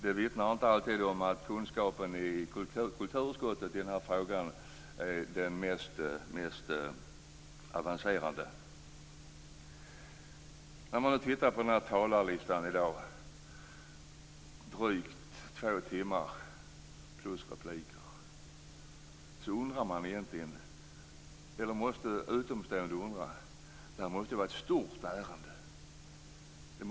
Det vittnar om att kunskapen i kulturutskottet i denna fråga inte alltid är den mest avancerade. När utomstående tittar på dagens talarlista, med drygt två timmars talartid plus repliker, måste de tro att debatten gäller ett stort ärende.